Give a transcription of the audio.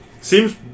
Seems